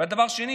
והדבר השני,